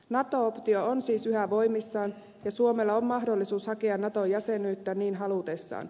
nato optio on siis yhä voimissaan ja suomella on mahdollisuus hakea nato jäsenyyttä niin halutessaan